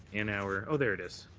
in our there it is.